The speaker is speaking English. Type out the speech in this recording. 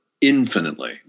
infinitely